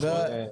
נכון.